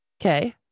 Okay